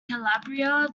calabria